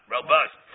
Robust